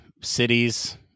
cities